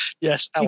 Yes